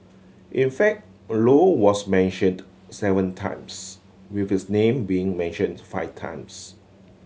in fact a Low was mentioned seven times with his name being mentioned five times